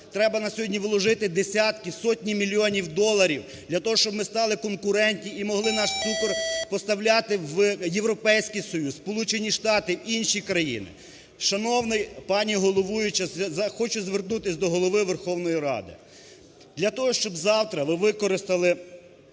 треба на сьогодні вложити десятки, сотні мільйонів доларів для того, щоб ми стали конкурентні і могли наш цукор поставляти в Європейський Союз, в Сполучені Штати, в інші країни. Шановна пані головуюча! Хочу звернутись до Голови Верховної Ради. Для того, щоб завтра ви використали